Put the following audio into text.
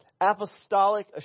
Apostolic